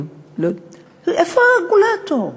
איפה הרגולטור?